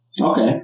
Okay